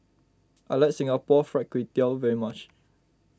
I like Singapore Fried Kway Tiao very much